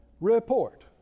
report